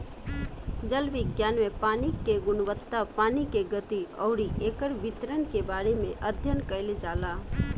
जल विज्ञान में पानी के गुणवत्ता पानी के गति अउरी एकर वितरण के बारे में अध्ययन कईल जाला